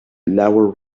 lower